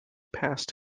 passed